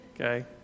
Okay